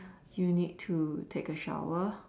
you need to take a shower